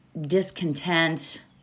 discontent